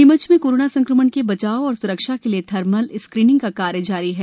नीमच में कोरोना सक्रंमण से बचाव व स्रक्षा के लिए थर्मल स्क्रीनिंग का कार्य निरंतर जारी है